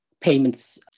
payments